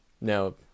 No